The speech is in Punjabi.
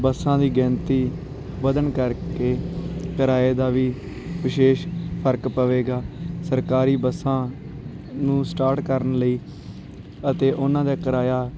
ਬੱਸਾਂ ਦੀ ਗਿਣਤੀ ਵਧਣ ਕਰਕੇ ਕਿਰਾਏ ਦਾ ਵੀ ਵਿਸ਼ੇਸ਼ ਫਰਕ ਪਵੇਗਾ ਸਰਕਾਰੀ ਬੱਸਾਂ ਨੂੰ ਸਟਾਰਟ ਕਰਨ ਲਈ ਅਤੇ ਉਹਨਾਂ ਦਾ ਕਿਰਾਇਆ